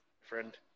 Friend